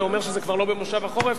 זה אומר שזה כבר לא במושב החורף.